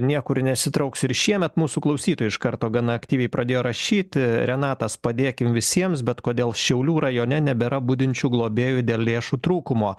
niekur nesitrauks ir šiemet mūsų klausytojai iš karto gana aktyviai pradėjo rašyti renatas padėkim visiems bet kodėl šiaulių rajone nebėra budinčių globėjų dėl lėšų trūkumo